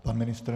Pan ministr?